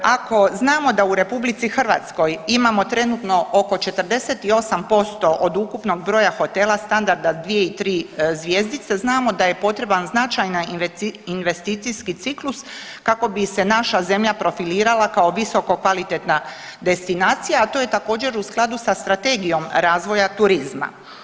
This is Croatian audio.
Ako znamo da u RH imamo trenutno ok 48% od ukupnog broja hotela standarda 2 i 3 zvjezdice znamo da je potreban značajan investicijski ciklus kako bi se naša zemlja profilirala kao visokokvalitetna destinacija, a to je također u skladu sa strategijom razvoja turizma.